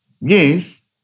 Yes